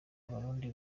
abarundi